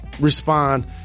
respond